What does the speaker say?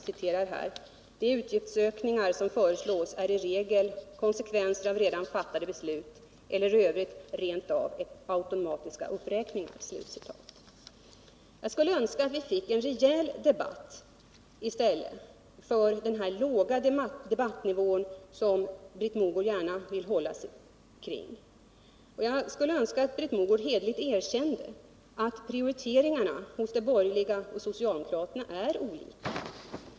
Det heter: ”De utgiftsökningar som föreslås är i regel konsekvenser av redan fattade beslut eller i övrigt rent av automatiska uppräkningar.” Jag skulle önska att vi finge en rejäl debatt i stället för debatten på den låga nivå där Britt Mogård gärna vill hålla sig. Jag skulle också önska att Britt Mogård hederligt erkände att socialdemokraternas och de borgerligas prioriteringar är olika.